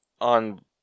on